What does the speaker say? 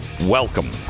welcome